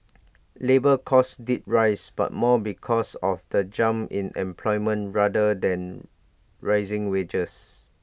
labour costs did rise but more because of the jump in employment rather than rising wages